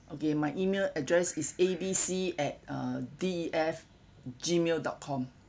okay my email address is A B C at uh D E F gmail dot com